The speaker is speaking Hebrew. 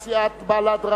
בל"ד,